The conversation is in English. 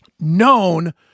known